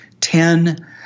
ten